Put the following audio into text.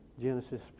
Genesis